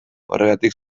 horregatik